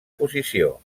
posició